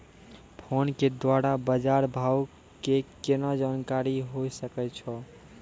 Phone के द्वारा बाज़ार भाव के केना जानकारी होय सकै छौ?